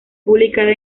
publicada